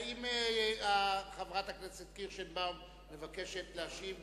האם חברת הכנסת קירשנבאום מבקשת להשיב?